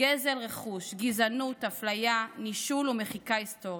גזל רכוש, גזענות, אפליה, נישול ומחיקה היסטורית.